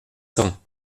cents